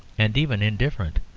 and even indifferent.